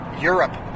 Europe